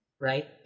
Right